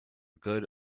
good